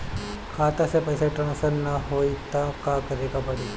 खाता से पैसा टॉसफर ना होई त का करे के पड़ी?